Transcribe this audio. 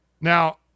Now